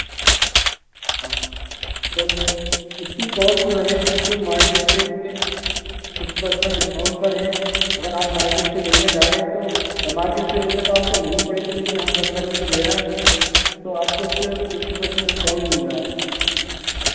ہاں اور یہ اسی کورس جو ہے بالکل مارکیٹ سے ففٹی پرسینٹ ڈسکاؤنٹ پر ہے اگر آپ مارکیٹ سے لیں گے ڈائریکٹ تو مارکیٹ سے لیں گے تو آپ کو مہنگی پڑے گی لیکن ہم کمپنی سے دے رہے ہیں اپنی تو آپ کو اس پہ ففٹی پرسینٹ ڈسکاؤنٹ مل جا